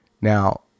Now